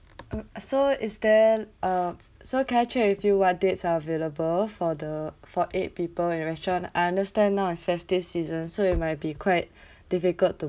so is there a so can I check with you what dates are available for the for eight people in your restaurant I understand now it's festive season so it might be quite difficult to